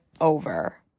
over